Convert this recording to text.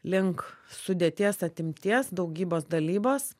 link sudėties atimties daugybos dalybos